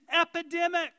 epidemic